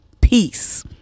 peace